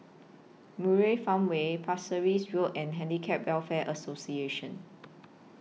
Murai Farmway Pasir Ris Road and Handicap Welfare Association